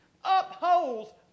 Upholds